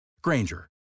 Granger